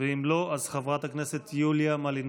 ואם לא, חברת הכנסת יוליה מלינובסקי.